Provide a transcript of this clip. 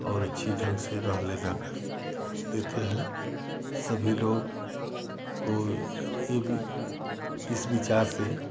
और अच्छे ढंग से रह लेना रह लेते हैं सभी लोग इस विचार से